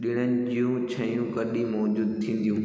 डि॒णनि जूं शयूं कॾहिं मौज़ूद थिंदियूं